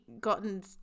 gotten